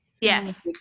yes